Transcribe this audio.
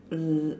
mm